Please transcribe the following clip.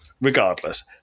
Regardless